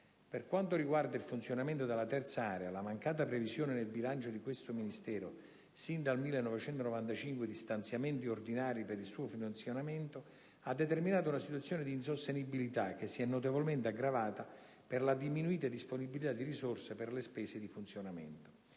Per quanto riguarda il funzionamento della terza area, la mancata previsione nel bilancio di questo Ministero, sin dal 1995, di stanziamenti ordinari per il suo funzionamento, ha determinato una situazione di insostenibilità, che si è notevolmente aggravata per la diminuita disponibilità di risorse per le spese di funzionamento.